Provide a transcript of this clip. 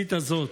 הבסיסית הזאת.